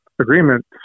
Agreement